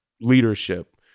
leadership